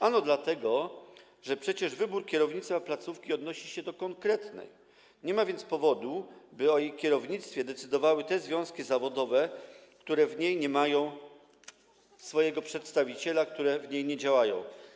Ano dlatego, że przecież wybór kierownictwa odnosi się do konkretnej placówki, nie ma więc powodu, by o jej kierownictwie decydowały te związki zawodowe, które w niej nie mają swojego przedstawiciela, które w niej nie działają.